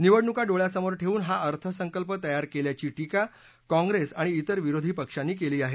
निवडणुका डोळयासमोर ठेवून हा अर्थसंकल्प तयार केल्याची टीका काँप्रेस आणि तिर विरोधी पक्षांनी केली आहे